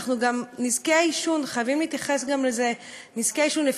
אנחנו גם חייבים להתייחס לנזקי העישון.